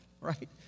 right